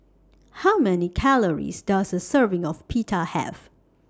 How Many Calories Does A Serving of Pita Have